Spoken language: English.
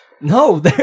No